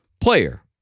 player